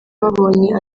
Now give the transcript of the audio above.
babonye